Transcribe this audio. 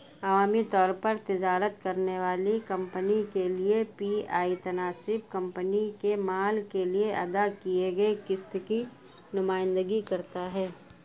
عوامی طور پر تجارت کرنے والی کمپنی کے لیے پی آئی تناسب کمپنی کے مال کے لیے ادا کیے گئے قسط کی نمائندگی کرتا ہے